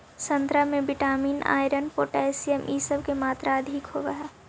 संतरा में vitamin, iron, potassium इ सब के मात्रा अधिक होवऽ हई